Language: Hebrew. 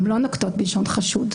הן לא נוקטות בלשון חשוד.